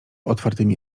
otwartymi